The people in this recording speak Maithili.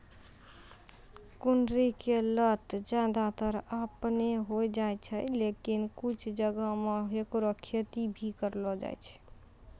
कुनरी के लत ज्यादातर आपनै होय जाय छै, लेकिन कुछ जगह मॅ हैकरो खेती भी करलो जाय छै